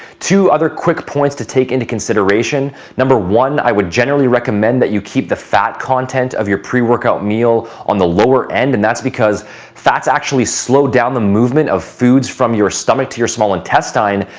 two other quick points to take into consideration number one, i would generally recommend that you keep the fat content of your pre-workout meal on the lower-end. and that's because fats actually slow down the movement of foods from your stomach to your small intestine,